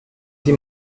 sie